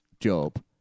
job